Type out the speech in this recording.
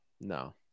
no